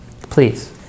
Please